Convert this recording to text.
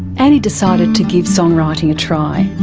annie decided to give song writing a try.